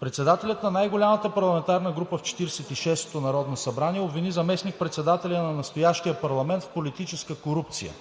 Председателят на най-голямата парламентарна група в Четиридесет и шестото народно събрание обвини заместник-председателя на настоящия парламент в политическа корупция.